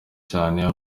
cyane